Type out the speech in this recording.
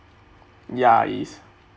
ya it is